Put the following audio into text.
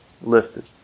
lifted